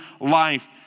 life